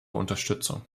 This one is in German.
unterstützung